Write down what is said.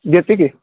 देतो की